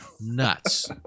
Nuts